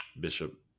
Bishop